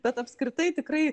bet apskritai tikrai